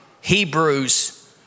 Hebrews